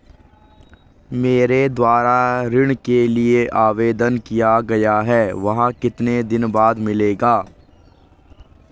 मेरे द्वारा ऋण के लिए आवेदन किया गया है वह कितने दिन बाद मिलेगा?